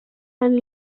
and